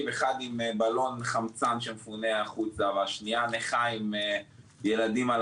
אחד עם בלון חמצן שמפונה החוצה והשנייה נכה עם ילדים על